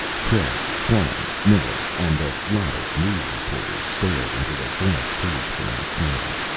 craig, klein, miller and a lot of news reporters stared into the glass cage from outside.